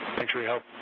thanks for your help.